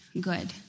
good